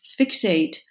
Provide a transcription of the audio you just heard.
fixate